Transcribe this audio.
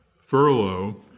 furlough